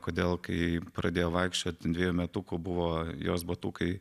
kodėl kai pradėjo vaikščioti dvejų metukų buvo jos batukai